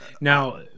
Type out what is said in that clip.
now